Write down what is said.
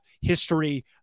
history